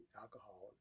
alcohol